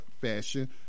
fashion